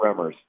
Remmers